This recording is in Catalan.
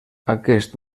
aquest